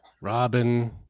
Robin